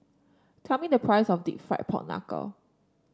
tell me the price of deep fried Pork Knuckle